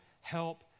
help